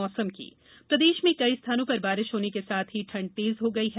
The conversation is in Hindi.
मौसम प्रदेश में कई स्थानों पर बारिश होने के साथ ही ठण्ड तेज हो गई है